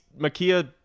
Makia